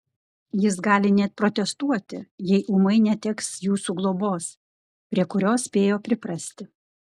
jis gali net protestuoti jei ūmai neteks jūsų globos prie kurios spėjo priprasti